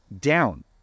down